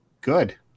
good